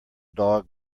dog